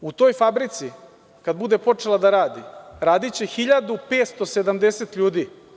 U toj fabrici, kada bude počela da radi, radiće 1.570 ljudi.